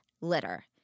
Litter